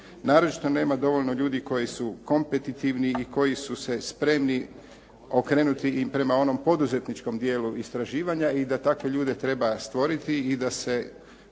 naročito nema dovoljno ljudi koji su kompetitivni i koji su se spremni okrenuti i prema onom poduzetničkom dijelu istraživanja i da takve ljude treba stvoriti i da se